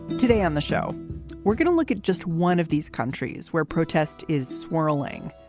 today on the show we're going to look at just one of these countries where protest is swirling.